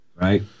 right